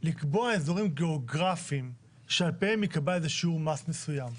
לקבוע אזורים גיאוגרפים שעל פיהם ייקבע איזה שהוא must מסוים.